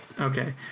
Okay